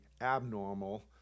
abnormal